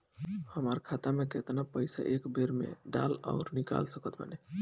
हमार खाता मे केतना पईसा एक बेर मे डाल आऊर निकाल सकत बानी?